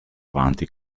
avanti